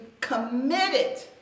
committed